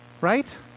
Right